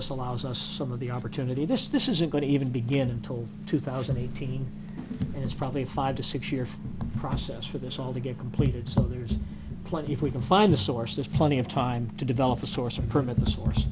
us allows us some of the opportunity this this isn't going to even begin until two thousand and eighteen and it's probably five to six year process for this all to get completed so there's plenty if we can find the source there's plenty of time to develop the source of permit the source